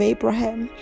Abraham